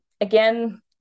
Again